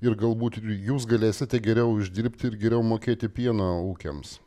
ir galbūt ir jūs galėsite geriau uždirbti ir geriau mokėti pieno ūkiams